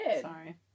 Sorry